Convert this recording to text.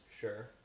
Sure